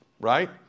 right